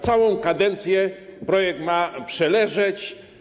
Całą kadencję projekt ma przeleżeć.